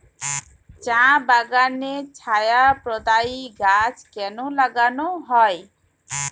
চা বাগানে ছায়া প্রদায়ী গাছ কেন লাগানো হয়?